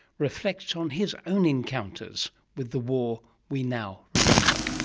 reflects on his own encounters with the war we now remember.